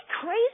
crazy